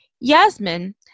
Yasmin